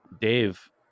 dave